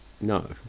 No